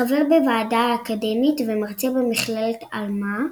חבר בוועדה האקדמית ומרצה במכללת עלמא,